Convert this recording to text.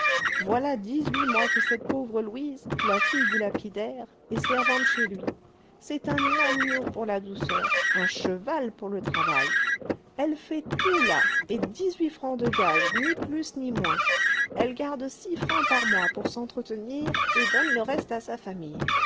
voilà dix-huit mois que cette pauvre louise la fille du lapidaire est servante chez lui c'est un agneau pour la douceur un cheval pour le travail elle fait tout là et dix-huit francs de gages ni plus ni moins elle garde six francs par mois pour s'entretenir et donne le reste à sa famille